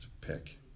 pick